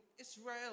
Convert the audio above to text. Israel